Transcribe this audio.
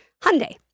Hyundai